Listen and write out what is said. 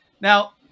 Now